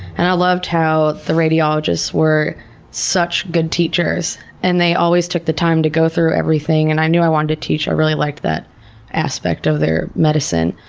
and i loved how the radiologists were such good teachers and they always took the time to go through everything. and i knew i wanted to teach i really like that aspect of their medicine.